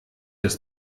des